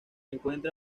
encuentra